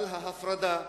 על ההפרדה,